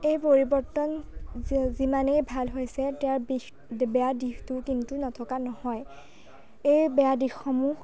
এই পৰিৱৰ্তন যি যিমানেই ভাল হৈছে তাৰ বিশ বেয়া দিশটোও কিন্তু নথকা নহয় এই বেয়া দিশসমূহ